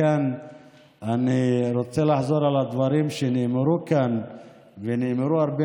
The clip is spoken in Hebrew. מכאן אני רוצה לחזור על דברים שנאמרו כאן ונאמרו הרבה